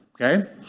okay